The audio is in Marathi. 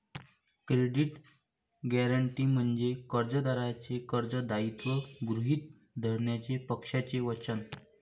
क्रेडिट गॅरंटी म्हणजे कर्जदाराचे कर्ज दायित्व गृहीत धरण्याचे पक्षाचे वचन